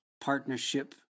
partnership